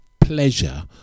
pleasure